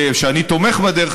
שאני תומך בה,